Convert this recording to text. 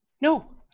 No